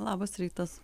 labas rytas